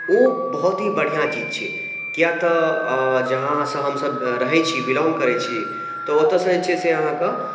ओ बहुत ही बढ़िआँ चीज छै किए तऽ अऽ जहाँ सँ हमसभ रहै छी बिलौंग करै छी तऽ ओतऽ सँ जे छै अहाँके